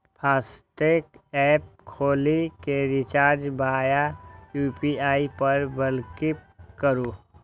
FASTag app खोलि कें recharge via UPI पर क्लिक करू